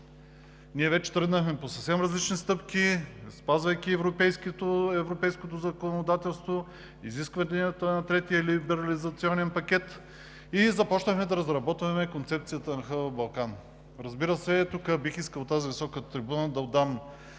Ние вече тръгнахме по съвсем различни стъпки, спазвайки европейското законодателство, изискванията на третия либерализационен пакет и започнахме да разработваме концепцията на хъб „Балкан“. Разбира се, тук бих искал от тази висока трибуна да отдам